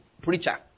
preacher